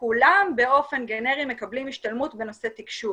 כולם באופן גנרי מקבלים השתלמות בנושא תקשוב.